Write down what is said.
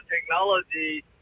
technology